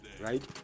right